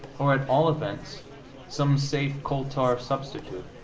or at all events some safe coal-tar substitute,